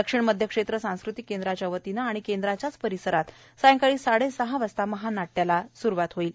दक्षिण मध्य क्षेत्र सांस्कृतिक केंद्राच्या वतीनं आणि केंद्राच्याच परिसरात सायंकाळी साडेसहा वाजता महानाटयाला स्रूवात होईल